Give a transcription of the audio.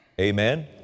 Amen